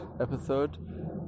episode